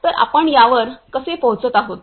तर आपण यावर कसे पोहोचत आहोत